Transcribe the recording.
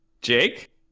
Jake